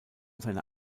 seine